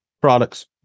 products